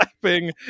slapping